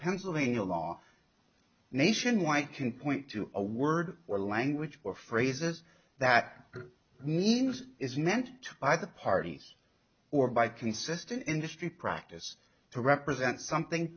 pennsylvania law nationwide can point to a word or language or phrases that means is meant to by the parties or by consistent industry practice to represent something